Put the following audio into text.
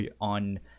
on